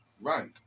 Right